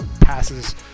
passes